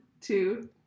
two